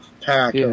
pack